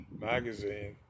magazine